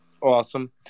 Awesome